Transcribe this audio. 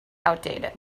outdated